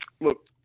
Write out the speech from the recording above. look